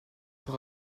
pour